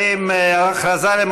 חבר הכנסת יהודה גליק, נא לשבת.